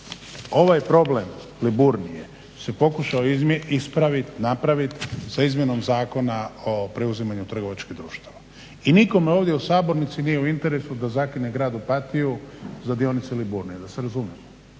ovaj problem Liburnije se pokušao ispraviti, napraviti sa izmjenom Zakona o preuzimanju trgovačkih društava. I nikome ovdje u sabornici nije u interesu da zakine grad Opatiju za dionice Liburnije, da se razumijemo.